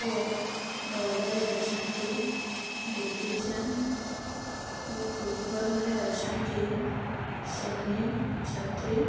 ଓ ଦୌଡ଼ରେ ଅଛନ୍ତି ଦୂତି ଚାନ୍ଦ ଓ ଫୁଟବଲ୍ରେ ଅଛନ୍ତି ସୁନୀଲ୍ ଛେତ୍ରୀ